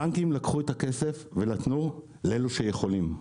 הבנקים לקחו את הכסף ונתנו לאלו שיכולים,